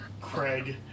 Craig